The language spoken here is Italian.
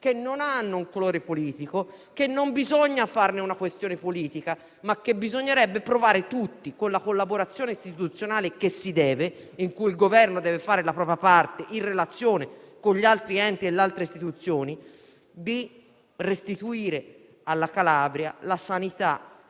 che non hanno un colore politico. Non bisogna farne una questione politica, ma bisognerebbe provare tutti - con la dovuta collaborazione istituzionale, in cui il Governo deve fare la propria parte in relazione con gli altri enti e le altre istituzioni - a restituire alla Calabria la sanità